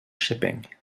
shipping